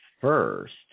first